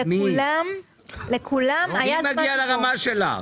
לכולם היה זמן דיבור.